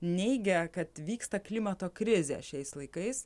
neigia kad vyksta klimato krizė šiais laikais